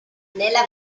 nella